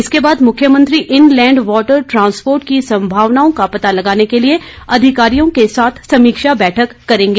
इसके बाद मुख्यमंत्री इनलैंड वाटर ट्रांसपोर्ट की संभावनाओं का पता लगाने के लिए अधिकारियों के साथ समीक्षा बैठक करेंगे